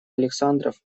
александров